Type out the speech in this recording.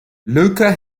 lucas